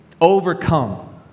overcome